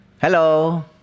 Hello